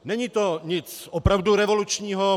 Není to nic opravdu revolučního.